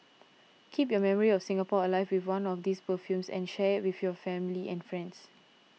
keep your memory of Singapore alive with one of these perfumes and share with your family and friends